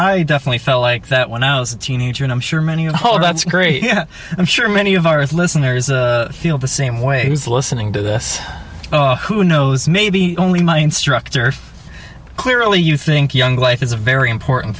i definitely felt like that when i was a teenager and i'm sure many a whole that's great yeah i'm sure many of our listeners feel the same way is listening to this who knows maybe only my instructor clearly you think young life is a very important